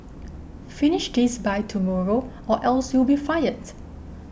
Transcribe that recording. finish this by tomorrow or else you'll be fired